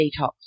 detox